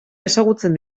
ezagutzen